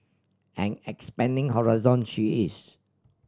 and expanding horizon she is